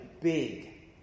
big